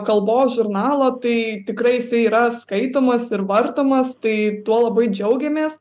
kalbos žurnalo tai tikrai jisai yra skaitomas ir vartomas tai tuo labai džiaugiamės